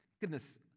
goodness